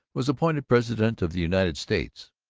was appointed president of the united states,